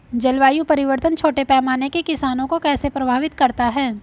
जलवायु परिवर्तन छोटे पैमाने के किसानों को कैसे प्रभावित करता है?